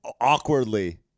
awkwardly